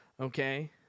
Okay